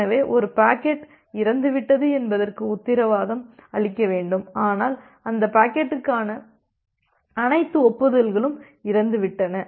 எனவே ஒரு பாக்கெட் இறந்துவிட்டது என்பதற்கு உத்தரவாதம் அளிக்க வேண்டும் ஆனால் அந்த பாக்கெட்டுகளுக்கான அனைத்து ஒப்புதல்களும் இறந்துவிட்டன